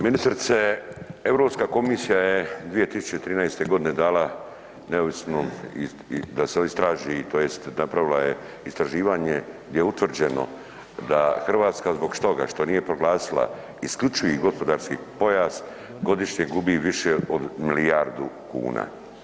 Ministrice Europska komisija je 2013. godine dala neovisnu i da se istraži, tj. napravila je istraživanje gdje je utvrđeno da Hrvatska zbog toga što nije proglasila isključivi gospodarski pojas godišnje gubi više od milijardu kuna.